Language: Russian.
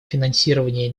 финансирование